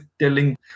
telling